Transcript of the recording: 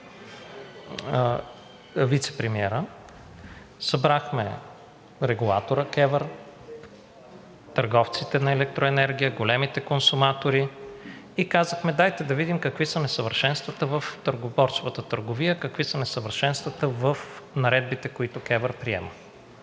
вицепремиера събрахме регулатора КЕВР, търговците на електроенергия, големите консуматори и казахме: дайте да видим какви са несъвършенствата в борсовата търговия; какви са несъвършенствата в наредбите, които КЕВР приема.